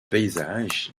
paysages